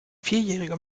vierjähriger